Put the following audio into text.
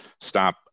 stop